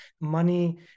money